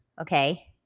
okay